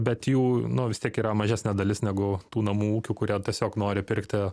bet jų nu vis tiek yra mažesnė dalis negu tų namų ūkių kurie tiesiog nori pirkti